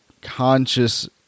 conscious